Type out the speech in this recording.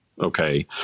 okay